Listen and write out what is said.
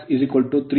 ನಮಗೆ Tmax3ωS 0